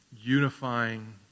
unifying